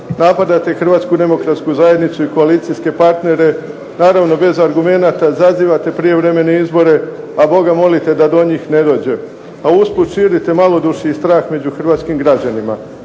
Napadate Hrvatsku demokratsku zajednicu i koalicijske partnere, naravno bez argumenata, zazivate prijevremene izbore, a Boga molite da do njih ne dođe, a usput širite malodušje i strah među hrvatskim građanima.